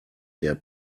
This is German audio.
der